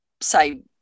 say